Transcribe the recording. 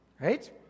Right